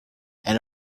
and